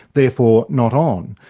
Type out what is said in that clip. therefore, not on,